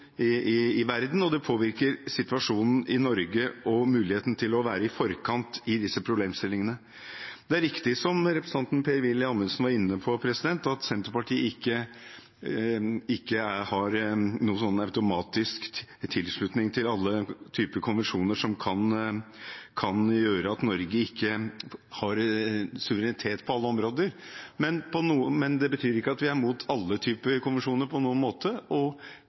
i verden, og det påvirker situasjonen i Norge og muligheten til å være i forkant i disse problemstillingene. Det er riktig som representanten Per-Willy Amundsen var inne på, at Senterpartiet ikke automatisk vil tilslutte seg alle typer konvensjoner som kan gjøre at Norge ikke har suverenitet på alle områder, men det betyr ikke på noen måte at vi er imot alle typer konvensjoner. På et felt som dette, der det er viktig å trekke opp en kurs for Norge for framtiden og